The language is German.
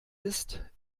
isst